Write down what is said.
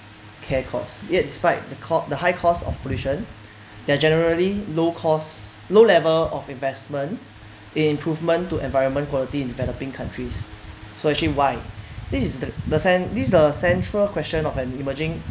care cost yet in spite the cot~ the high cost of pollution there generally low costs low level of investment improvement to environment quality in developing countries so actually why this is the cen~ this the central question of an emerging